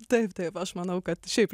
taip taip aš manau kad šiaip